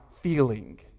feeling